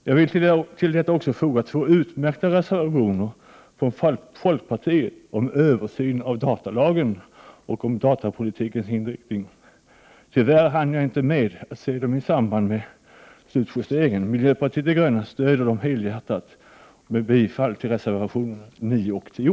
Jag vill till detta också nämna två utmärkta reservationer från folkpartiet om översyn av datalagen och om datapolitikens inriktning. Tyvärr hann jag inte med att se dem i samband med slutjusteringen. Miljöpartiet de gröna stöder dem helhjärtat. Jag yrkar alltså bifall till reservationerna 9 och 10.